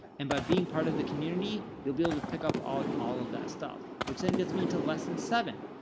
and by being part of the community, you'll be able to pick up on all of that stuff, which then gets me into lesson seven.